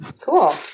cool